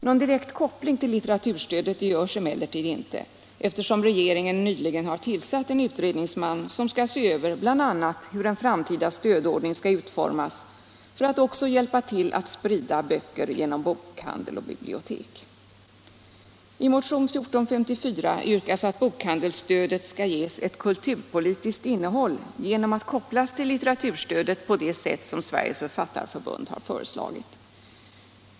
Någon direkt koppling till litteraturstödet görs emellertid inte, eftersom regeringen nyligen har tillsatt en utredningsman att se över bl.a. hur en framtida stödordning skall utformas för att också hjälpa till att sprida böcker genom bokhandel och bibliotek. föreslagits av Sveriges författarförbund.